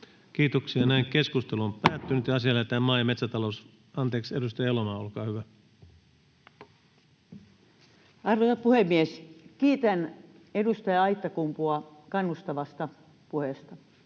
Kiitoksia. — Ja näin keskustelu on päättynyt. Asia lähetetään maa- ja metsätalous... — Anteeksi, edustaja Elomaa, olkaa hyvä. Arvoisa puhemies! Kiitän edustaja Aittakumpua kannustavasta puheesta